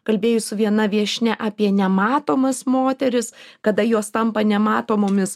kalbėjus su viena viešnia apie nematomas moteris kada jos tampa nematomomis